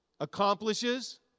accomplishes